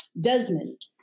Desmond